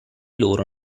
loro